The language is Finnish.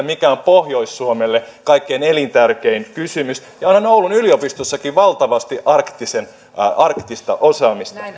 mikä on pohjois suomelle kaikkein elintärkein kysymys ja onhan oulun yliopistossakin valtavasti arktista osaamista